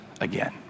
again